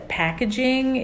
packaging